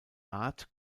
art